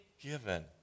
given